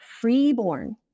freeborn